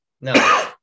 No